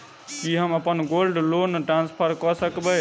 की हम अप्पन gold loan transfer करऽ सकबै?